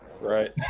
Right